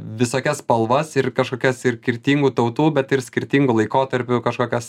visokias spalvas ir kažkokias ir kirtingų tautų bet ir skirtingų laikotarpių kažkokias